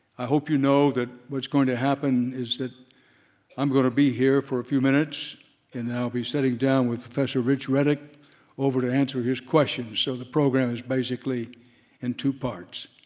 i hope you know that what's going to happen is that i'm going to be here for a few minutes then i'll be sitting down with professor rich reddick over to answer his questions, so the program is basically in two parts.